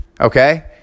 okay